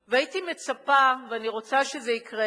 והייתי מצפה, ואני רוצה שזה יקרה,